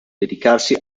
dedicarsi